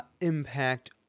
impact